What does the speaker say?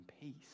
peace